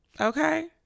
okay